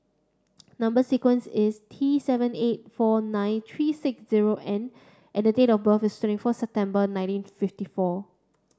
number sequence is T seven eight four nine three six zero N and the date of birth is twenty four September nineteen fifty four